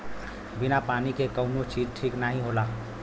बिना पानी के कउनो चीज ठीक नाही होला